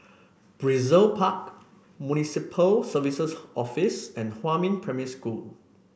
Brizay Park Municipal Services Office and Huamin Primary School